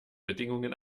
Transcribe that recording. bedingungen